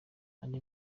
andi